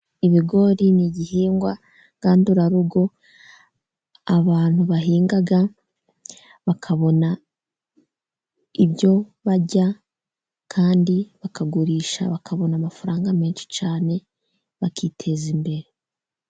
Ibigori ni igihingwa ngandurarugo abantu bahinga bakabona ibyo barya, kandi bakagurisha, bakabona amafaranga menshi cyane, bakiteza imbere.